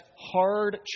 hard